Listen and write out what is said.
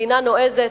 מדינה נועזת.